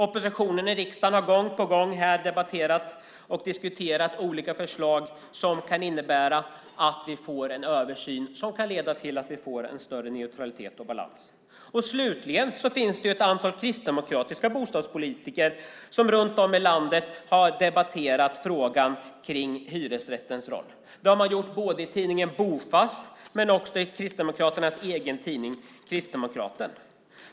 Oppositionen i riksdagen har gång på gång debatterat och diskuterat olika förslag som kan innebära att vi får en översyn som kan leda till att vi får en större neutralitet och balans. Slutligen har ett antal kristdemokratiska bostadspolitiker som runt om i landet debatterat frågan om hyresrättens roll. Det har de gjort både i tidningen Bofast och i Kristdemokraternas egen tidning Kristdemokraten.